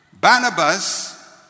Barnabas